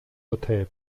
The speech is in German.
hotel